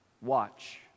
Watch